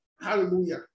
Hallelujah